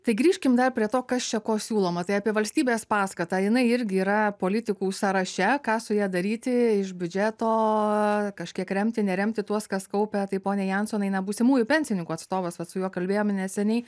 tai grįžkim dar prie to kas čia ko siūloma tai apie valstybės paskatą jinai irgi yra politikų sąraše ką su ja daryti iš biudžeto kažkiek remti neremti tuos kas kaupia tai pone jansonai na būsimųjų pensininkų atstovas vat su juo kalbėjom neseniai